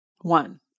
One